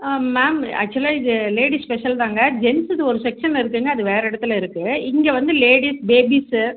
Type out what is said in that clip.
ஆ ma'am ஆக்சுலாக இது ladies ஸ்பெஷல்தாங்க ஜென்ஸுக்கு ஒரு செக்ஷன் இருக்குங்க அது வேறு இடத்துல இருக்குது இங்கே வந்து லேடீஸ் பேபீஸு